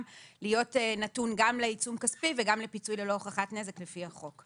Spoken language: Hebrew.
להיות נתון גם לעיצום כספי וגם לפיצוי ללא הוכחת נזק לפי החוק.